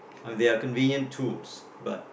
oh they are convenient tools but